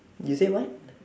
you say what